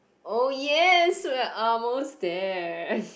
oh yes we are almost there